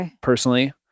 personally